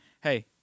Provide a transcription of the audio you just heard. Hey